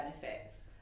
benefits